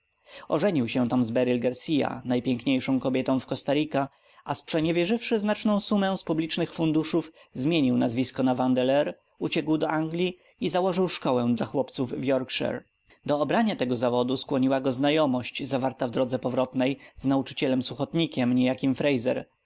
ożenił się tam z beryl garcia najpiękniejszą kobietą w costa rica a sprzeniewierzywszy znaczną sumę z publicznych funduszów zmienił nazwisko na vandeleur uciekł do anglii i założył szkołę dla chłopców w yorkshire do obrania tego zawodu skłoniła go znajomość zawarta w drodze powrotnej z nauczycielem suchotnikiem niejakim fraser